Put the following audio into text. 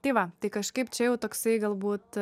tai va tai kažkaip čia jau toksai galbūt